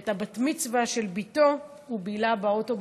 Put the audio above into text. שאת בת-המצווה של ביתו הוא בילה באוטו,